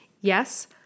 yes